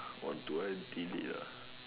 or do I leave it ah